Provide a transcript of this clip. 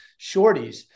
shorties